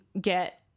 get